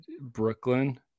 brooklyn